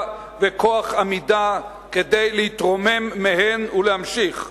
וכוח עמידה כדי להתרומם מהן ולהמשיך.